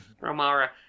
Romara